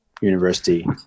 university